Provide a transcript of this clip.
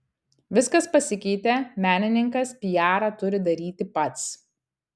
viskas pasikeitė menininkas piarą turi daryti pats